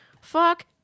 Fuck